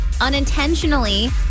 unintentionally